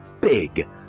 big